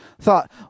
thought